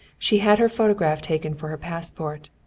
she had her photograph taken for her passport,